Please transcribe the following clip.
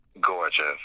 gorgeous